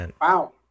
wow